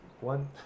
One